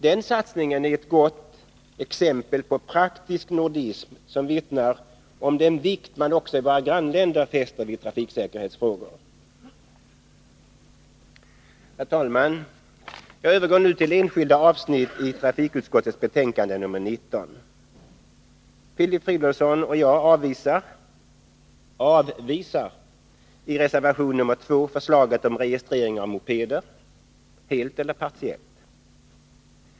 Den satsningen är ett gott exempel på praktisk nordism och vittnar om den vikt man också i våra grannländer fäster vid trafiksäkerhetsfrågor. Herr talman! Jag övergår nu till enskilda avsnitt i trafikutskottets betänkande nr 19. Filip Fridolfsson och jag avvisar i reservation nr 2 förslaget om registrering av mopeder, helt eller partiellt.